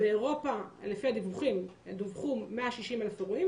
באירופה לפי הדיווחים, דווחו 160,000 אירועים.